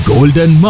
Golden